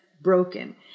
broken